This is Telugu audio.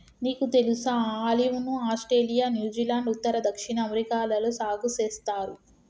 నీకు తెలుసా ఆలివ్ ను ఆస్ట్రేలియా, న్యూజిలాండ్, ఉత్తర, దక్షిణ అమెరికాలలో సాగు సేస్తారు